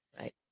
Right